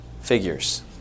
figures